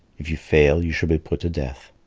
if you fail you shall be put to death.